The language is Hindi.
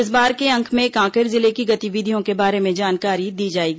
इस बार के अंक में कांकेर जिले की गतिविधियों के बारे में जानकारी दी जाएगी